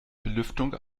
belüftung